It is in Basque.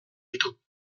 ditu